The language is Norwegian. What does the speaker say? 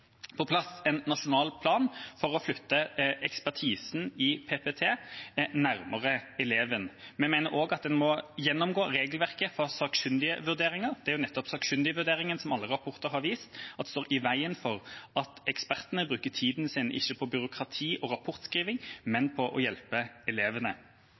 på plass en nasjonal plan for å flytte ekspertisen i PPT nærmere eleven. Vi mener også at en må gjennomgå regelverket for sakkyndigvurderinger. Det er nettopp sakkyndigvurderingen som alle rapporter har vist at står i veien for at ekspertene bruker tiden sin på å hjelpe elevene – og ikke på rapportskriving og